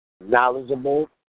Knowledgeable